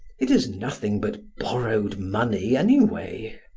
it is nothing but borrowed money anyway.